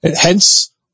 Hence